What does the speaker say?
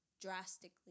drastically